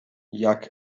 jak